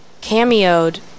cameoed